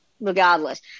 regardless